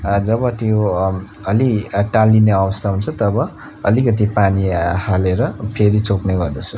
जब त्यो अब अलि टाल्लिने अवस्था हुन्छ तब अलिकति पानी हालेर फेरि छोप्ने गर्दछु